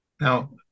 Now